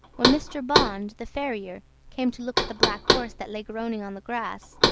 when mr. bond, the farrier, came to look at the black horse that lay groaning on the grass,